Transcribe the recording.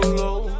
low